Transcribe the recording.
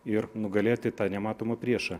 ir nugalėti tą nematomą priešą